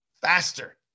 faster